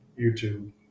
YouTube